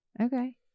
Okay